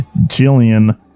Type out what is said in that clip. Jillian